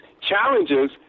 challenges